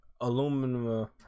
aluminum